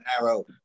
narrow